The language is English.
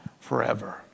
forever